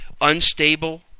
unstable